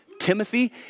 timothy